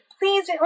please